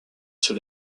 sur